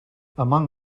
among